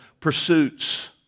pursuits